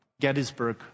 gettysburg